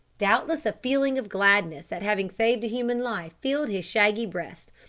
doubtless a feeling of gladness at having saved a human life filled his shaggy breast,